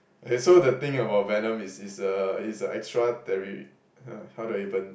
eh so the thing about Venom is he is a extra terri~ how do I even